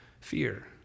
fear